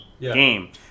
game